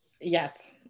yes